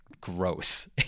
gross